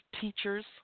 teachers